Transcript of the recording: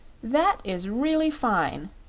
that is really fine!